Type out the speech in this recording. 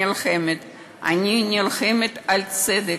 אני נלחמת על צדק.